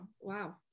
wow